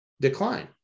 decline